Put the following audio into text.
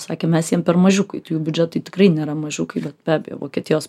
sakė mes jiem per mažiukai tai jų biudžetai tikrai nėra mažiukai bet be abejo vokietijos